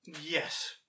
Yes